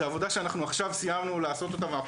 זה עבודה שאנחנו עכשיו סיימנו לעשות אותה ואנחנו